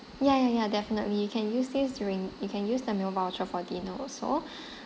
ya ya ya definitely you can use this during you can use the meal voucher for dinner also